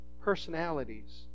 personalities